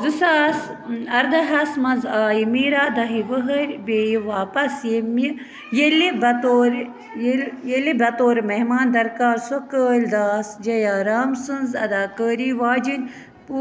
زٕ ساس ارداہَس منٛز آیہِ میٖرا دَہہِ ؤہٕرۍ بیٚیہِ واپَس ییٚمہِ ییٚلہِ بَطورِ ییٚلہِ بَطورِ مہمان درکارسُک کٲلۍ داس جیا رام سٔنٛز اداکٲری واجِنۍ پُہ